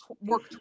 work